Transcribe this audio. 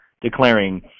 declaring